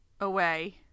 away